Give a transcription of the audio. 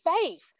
faith